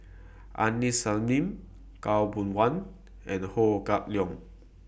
Aini Salim Khaw Boon Wan and Ho Kah Leong